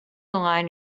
align